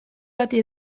bati